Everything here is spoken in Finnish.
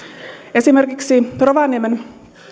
esimerkiksi rovaniemen